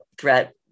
threat